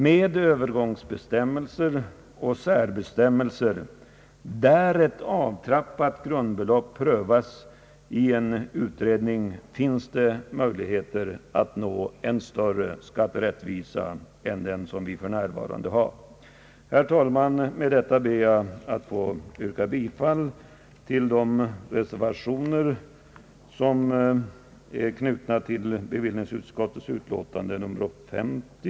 Med övergångsbestämmelser och särbestämmelser innebärande ett avtrappat grundbelopp — något som bör prövas i en utredning — finns det möjligheter att nå en större skatterättvisa än den vi för närvarande har. Herr talman! Med detta ber jag att få yrka bifall till reservationerna nr 2 och 3 vid bevillningsutskottets betänkande nr 50.